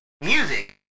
music